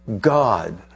God